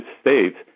states